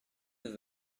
neuf